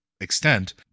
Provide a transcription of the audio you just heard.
extent